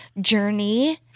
journey